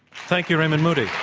thank you, raymond moody.